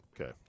okay